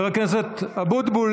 חבר הכנסת אבוטבול,